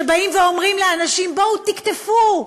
שבאים ואומרים לאנשים: בואו תקטפו,